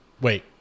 Wait